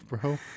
bro